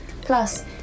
Plus